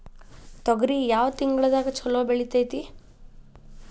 ತೊಗರಿ ಯಾವ ತಿಂಗಳದಾಗ ಛಲೋ ಬೆಳಿತೈತಿ?